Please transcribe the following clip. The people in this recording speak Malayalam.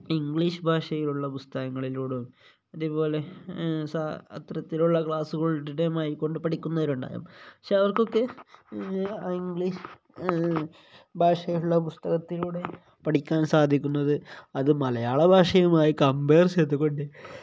ഇംഗ്ലീഷ് ഭാഷയിലുള്ള പുസ്തകങ്ങളിലൂടെയും അതേപോലെ അത്തരത്തിലുള്ള ക്ലാസ്സുകളിലൂടെയുമായിക്കൊണ്ടു പഠിക്കുന്നവരുണ്ടാവും പക്ഷേ അവർക്കൊക്കെ ആ ഇംഗ്ലീഷ് ഭാഷയുള്ള പുസ്തകത്തിലൂടെ പഠിക്കാൻ സാധിക്കുന്നത് അത് മലയാള ഭാഷയുമായി കമ്പേർ ചെയ്തു കൊണ്ട്